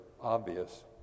obvious